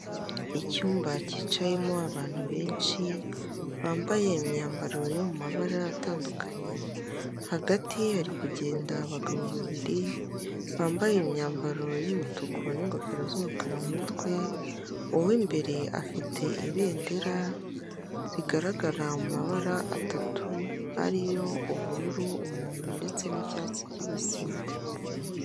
Icyumba cyicayemo abantu benshi bambaye imyambaro yo mabara atandukanye hagati hari kugenda abagabo babiri bambaye imyambaro y'umutuku n'ingofero z'umukara mu mutwe, uw'imbere afite ibendera rigaragara mu mabara atatu ariyo ubururu, umuhondo ndetse n'icyatsi kibisi.